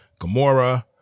gamora